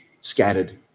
scattered